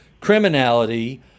criminality